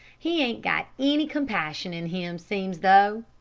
he ain't got any compassion in him, seems though.